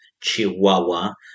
Chihuahua